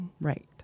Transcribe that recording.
right